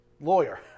lawyer